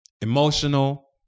emotional